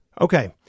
Okay